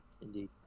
Indeed